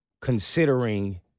considering